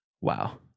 wow